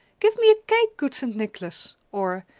give me a cake, good st. nicholas! or,